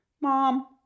Mom